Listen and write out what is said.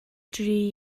dri